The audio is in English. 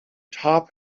top